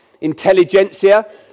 intelligentsia